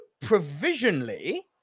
provisionally